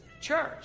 Church